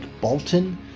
Bolton